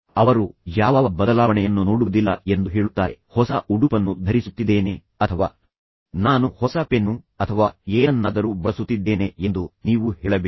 ಅವರು ಯಾವ ಬದಲಾವಣೆಯನ್ನು ನಾನು ನೋಡುವುದಿಲ್ಲ ಎಂದು ಹೇಳುತ್ತಾರೆ ನಾನು ಹೊಸ ಉಡುಪನ್ನು ಧರಿಸುತ್ತಿದ್ದೇನೆ ಅಥವಾ ನಾನು ಹೊಸ ಪೆನ್ನು ಅಥವಾ ಏನನ್ನಾದರೂ ಬಳಸುತ್ತಿದ್ದೇನೆ ಎಂದು ನೀವು ಹೇಳಬೇಕು